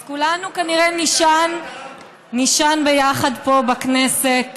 אז כולנו כנראה נישן ביחד פה בכנסת,